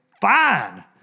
fine